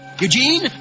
Eugene